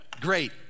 great